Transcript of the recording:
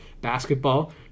Basketball